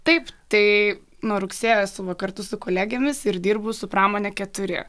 taip tai nuo rugsėjo esu va kartu su kolegėmis ir dirbu su pramone keturi